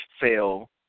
fail